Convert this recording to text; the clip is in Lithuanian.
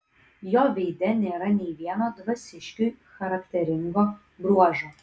jo veide nėra nė vieno dvasiškiui charakteringo bruožo